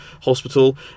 hospital